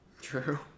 True